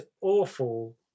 awful